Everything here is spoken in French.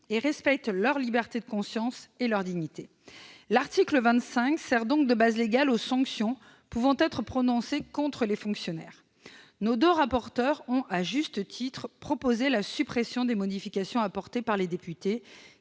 et respecte leur liberté de conscience et leur dignité. » L'article 25 sert donc de base légale aux sanctions pouvant être prononcées contre les fonctionnaires. Les deux rapporteurs ont, à juste titre, proposé la suppression des modifications adoptées par les députés,